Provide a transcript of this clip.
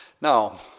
Now